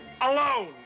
Alone